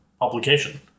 publication